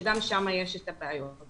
שגם שם יש את הבעיות.